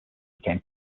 became